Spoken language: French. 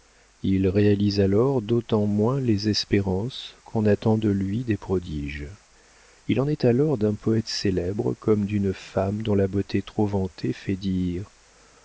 il réalise alors d'autant moins les espérances qu'on attend de lui des prodiges il en est alors d'un poëte célèbre comme d'une femme dont la beauté trop vantée fait dire